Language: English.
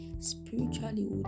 spiritually